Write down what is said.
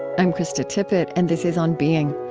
i'm krista tippett, and this is on being.